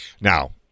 now